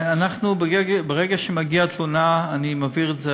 ברגע שמגיעה תלונה, אני מעביר את זה